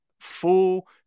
full